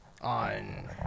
on